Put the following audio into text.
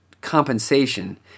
compensation